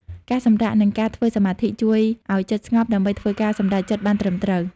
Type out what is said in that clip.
ការសម្រាក និងការធ្វើសមាធិ ជួយឱ្យចិត្តស្ងប់ដើម្បីធ្វើការសម្រេចចិត្តបានត្រឹមត្រូវ។